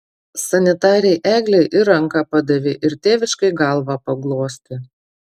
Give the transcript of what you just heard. sanitarei eglei ir ranką padavė ir tėviškai galvą paglostė